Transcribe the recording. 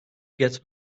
get